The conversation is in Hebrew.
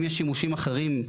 אם יש שימושים אחרים,